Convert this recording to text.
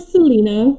Selena